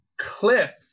cliff